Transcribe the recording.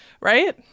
right